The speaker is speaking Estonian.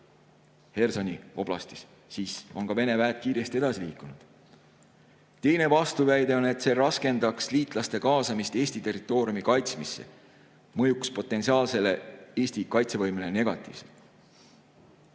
Hersoni oblastis, siis on Vene väed kiiresti edasi liikunud. Teine vastuväide on, et see raskendaks liitlaste kaasamist Eesti territooriumi kaitsmisse ja mõjuks potentsiaalsele Eesti kaitsevõimele negatiivselt.